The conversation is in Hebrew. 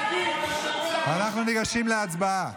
אנחנו ניגשים להצבעה.